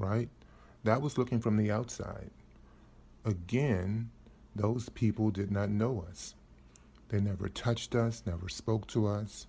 right that was looking from the outside again those people did not know once they never touched us never spoke to us